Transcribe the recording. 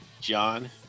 john